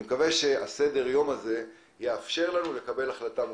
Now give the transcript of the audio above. אני מקווה שסדר היום הזה יאפשר לנו לקבל החלטה מושכלת.